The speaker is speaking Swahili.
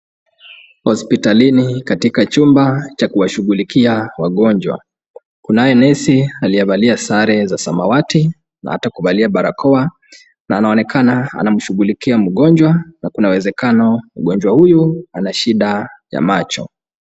Hospitalini katika chumba cha kuwashughulikia wagonjwa. Kunaye nesi aliyevalia sare za samawati na hata kuvalia barakoa na anaonekana anamshughulikia mgonjwa na kuna uwezekano mgonjwa huyu ana shida ya macho.